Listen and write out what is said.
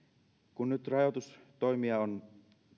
kun nyt rajoitustoimia on